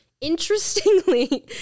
Interestingly